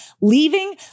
leaving